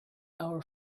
our